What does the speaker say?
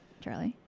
Charlie